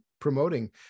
promoting